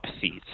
seats